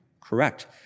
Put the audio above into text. correct